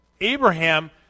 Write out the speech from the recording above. Abraham